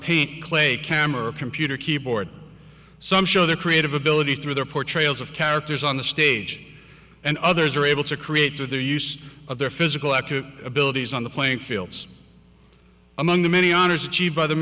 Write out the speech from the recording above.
clay camera computer keyboard some show their creative ability through their portrayals of characters on the stage and others are able to create with their use of their physical actors abilities on the playing fields among the many honors achieve